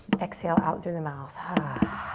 exhale out through the mouth. ah